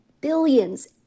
billions